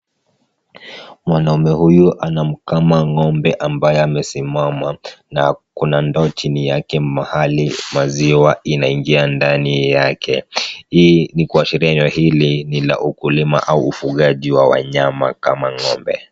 Mwanaume huyu anamkama ng'ombe ambaye amesimama na kuna ndoo chini yake mahali maziwa inaingia ndani yake. Hii ni kuashiria eneo hili ni la ukulima au ufugaji wa wanyama kama ng'ombe.